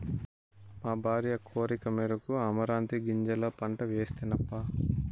మా భార్య కోరికమేరకు అమరాంతీ గింజల పంట వేస్తినప్పా